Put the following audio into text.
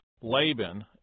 Laban